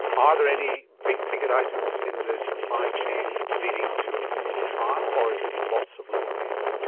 are there any big-ticket items in the supply chain leading to a clinical trial, or is it lots of little things?